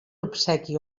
obsequi